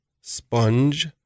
sponge